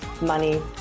money